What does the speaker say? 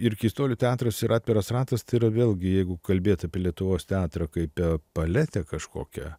ir keistuolių teatras ir atviras ratas tai yra vėlgi jeigu kalbėt apie lietuvos teatrą kaip paletę kažkokią